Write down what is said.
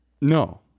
No